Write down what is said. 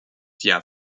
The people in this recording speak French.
via